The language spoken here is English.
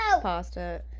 pasta